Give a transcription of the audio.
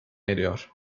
eriyor